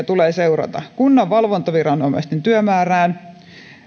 tulee seurata muutosten vaikutuksia kunnan valvontaviranomaisten työmäärään